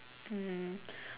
mm